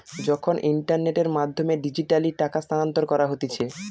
যখন ইন্টারনেটের মাধ্যমে ডিজিটালি টাকা স্থানান্তর করা হতিছে